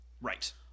Right